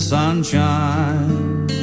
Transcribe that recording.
sunshine